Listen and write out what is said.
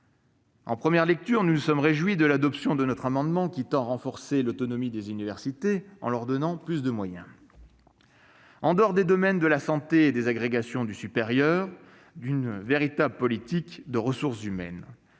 En première lecture, nous nous sommes réjouis de l'adoption de notre amendement renforçant l'autonomie des universités en leur donnant plus de moyens- en dehors des domaines de la santé et des agrégations du supérieur -pour développer une véritable politique de ressources humaines,